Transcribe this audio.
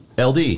LD